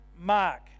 mark